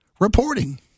reporting